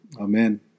Amen